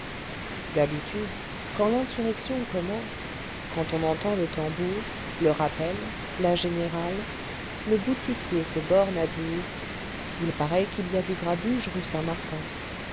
d'habitude quand l'insurrection commence quand on entend le tambour le rappel la générale le boutiquier se borne à dire il paraît qu'il y a du grabuge rue saint-martin